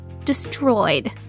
destroyed